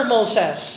Moses